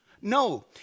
No